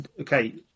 Okay